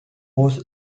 was